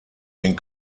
den